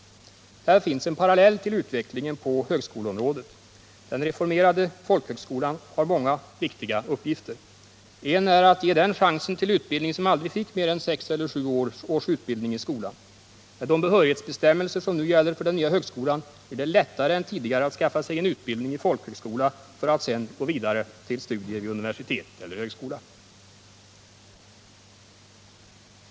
Här finns en parallell till utvecklingen på högskoleområdet. Den reformerade folkhögskolan har många viktiga uppgifter. En är att ge dem chansen till utbildning som aldrig fick mer än sex eller sju års utbildning i skolan. Med de behörighetsbestämmelser som nu gäller för den nya högskolan blir det lättare än tidigare att skaffa sig en utbildning i folkhögskola för att sedan gå vidare till studier vid universitet eller högskola.